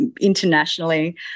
internationally